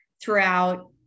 throughout